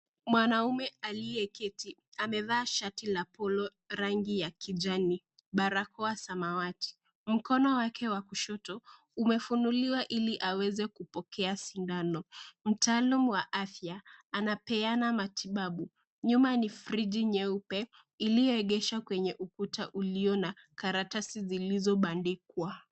Mwanamme aliyeketi, amevaa shati la bluu rangi ya kijani, barakoa ya samawati. Mkono wake wa kushoto umefunuliwa lili aweze kupokea sindano. Mtaalamu wa afya anapeana matibabu, nyuma ni friji nyeupe iliyoegeshwa kwenye ukuta ulio na karatasi zilizo bandikwa.